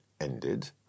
ended